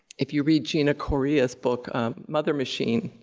if you read gena corea's book mother machine.